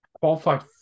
Qualified